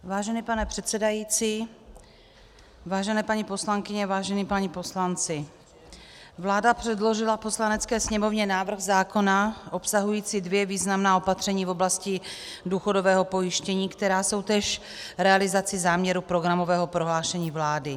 Vážený pane předsedající, vážené paní poslankyně, vážení páni poslanci, vláda předložila Poslanecké sněmovně návrh zákona obsahující dvě významná opatření v oblasti důchodového pojištění, která jsou též realizací záměru programového prohlášení vlády.